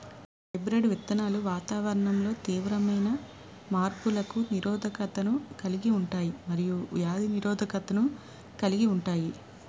hybrid విత్తనాలు వాతావరణంలో తీవ్రమైన మార్పులకు నిరోధకతను కలిగి ఉంటాయి మరియు వ్యాధి నిరోధకతను కలిగి ఉంటాయి